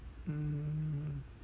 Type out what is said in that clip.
mm